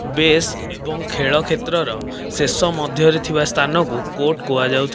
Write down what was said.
ବେସ୍ ଏବଂ ଖେଳ କ୍ଷେତ୍ରର ଶେଷ ମଧ୍ୟରେ ଥିବା ସ୍ଥାନକୁ କୋର୍ଟ କୁହାଯାଉଥିଲା